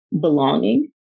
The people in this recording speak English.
belonging